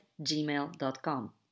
gmail.com